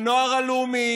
הנוער הלאומי,